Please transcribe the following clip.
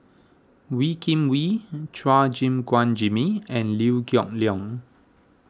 Wee Kim Wee Chua Gim Guan Jimmy and Liew Geok Leong